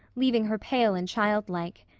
leaving her pale and childlike.